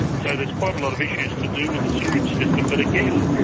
so there's quite a lot of issues to do with the sewerage system but, again,